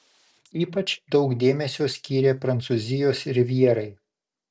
ypač daug dėmesio skyrė prancūzijos rivjerai